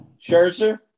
Scherzer